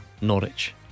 Norwich